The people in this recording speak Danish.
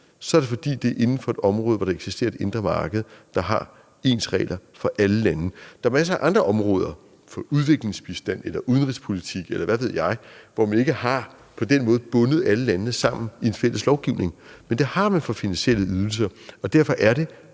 så er det, fordi det er inden for et område, hvor der eksisterer et indre marked, der har ens regler for alle lande. Der er masser af andre områder, udviklingsbistand eller udenrigspolitik, eller hvad ved jeg, hvor man ikke på den måde har bundet alle landene sammen i en fælles lovgivning. Men det har man for finansielle ydelser, og derfor er det